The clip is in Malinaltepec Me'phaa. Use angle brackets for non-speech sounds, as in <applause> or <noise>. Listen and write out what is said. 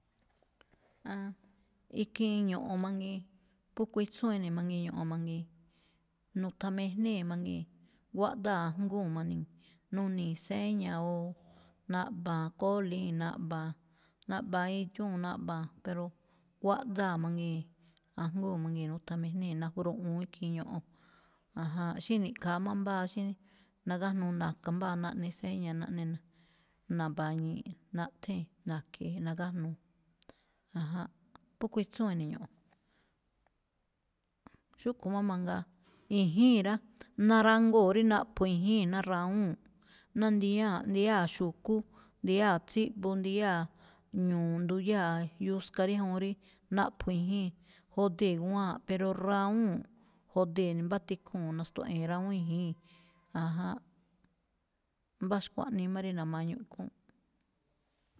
Aan, ikhiin ño̱ꞌo̱n mangiin, phú kuitsúun ene̱ mangiin ño̱ꞌo̱n mangiin, nuthanmejnée̱ mangii̱n, guáꞌdáa̱ ajngúu̱n mangii̱n, nuni̱i̱ séña̱ o naꞌba̱a̱n kólíi̱n naꞌba̱a̱, naꞌba̱a̱n edxúu̱n naꞌba̱a̱n, pero kuáꞌdáa̱ mangii̱n ajngúu̱n mangii̱n, nuthanmijnée̱, nafruꞌu̱ún ikhiin ño̱ꞌo̱n. Janjánꞌ, xí ni̱ꞌkha̱a má mbáa, xí nagájnuu na̱ka̱ mbáa naꞌne séña̱ naꞌne ne̱, na̱ba̱ñi̱i̱ꞌ, nathée̱n, na̱ke̱e̱, nagájnuu̱. Janjánꞌ, phú kuitsúun ene̱ ño̱ꞌo̱n. Xúꞌkho̱ má mangaa, i̱jíi̱n rá, narangoo̱ rí naꞌpho̱ i̱jíi̱n ná rawúu̱n, ná ndiyáa̱-ndiyáa̱ xu̱kú, ndiyáa̱ tsíꞌbu ndiyáa̱, ñu̱u̱ nduyáa̱, yuska ríjuun rí naꞌpho̱ i̱jíi̱n jodee̱ guwáa̱nꞌ, pero rawúu̱n jode̱ ne̱ mbá tikhuu̱n nostuaꞌe̱e̱n rawúún i̱jíi̱n, <noise> aján. Mbá xkuaꞌnii má rí na̱ma̱ñuꞌ khúúnꞌ.